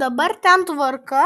dabar ten tvarka